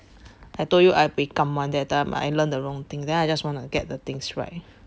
I told you I buay gam [one] that time I learn the wrong thing then I just wanna get the things right